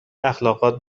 اخالقات